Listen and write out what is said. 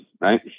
Right